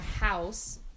house